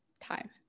time